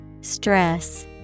Stress